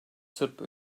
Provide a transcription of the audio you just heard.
sırp